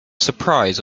surprise